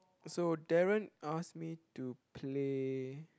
so Darren asked me to play